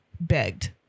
begged